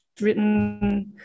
written